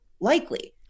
likely